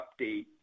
update